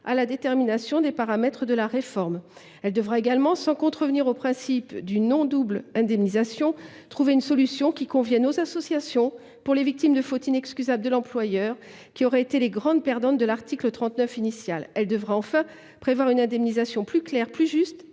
à la détermination des paramètres de la réforme. Il devra également, sans contrevenir au principe d’une non double indemnisation, trouver une solution qui convienne aux associations pour les victimes de faute inexcusable de l’employeur, qui auraient été les grands perdants de la mise en œuvre de l’article 39 initial. La nouvelle rédaction devra enfin intégrer une indemnisation plus claire, plus juste